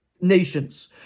nations